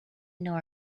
nor